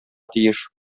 тиеш